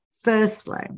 firstly